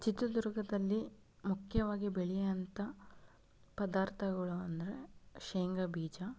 ಚಿತ್ರದುರ್ಗದಲ್ಲಿ ಮುಖ್ಯವಾಗಿ ಬೆಳೆಯೋ ಅಂಥ ಪದಾರ್ಥಗಳು ಅಂದರೆ ಶೇಂಗ ಬೀಜ